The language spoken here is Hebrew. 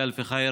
באלף טוב,